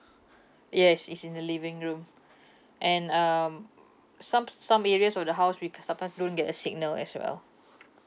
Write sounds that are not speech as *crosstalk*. *breath* yes is in the living room *breath* and um *noise* some some areas of the house because sometimes don't get a signal as well